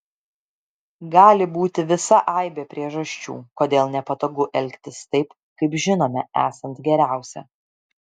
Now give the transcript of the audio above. gali būti visa aibė priežasčių kodėl nepatogu elgtis taip kaip žinome esant geriausia